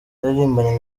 yaririmbanye